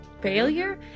failure